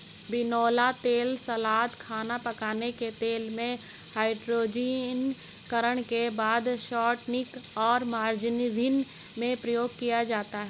बिनौला तेल सलाद, खाना पकाने के तेल में, हाइड्रोजनीकरण के बाद शॉर्टनिंग और मार्जरीन में प्रयोग किया जाता है